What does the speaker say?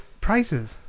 prices